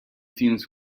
teams